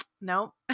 no